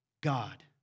God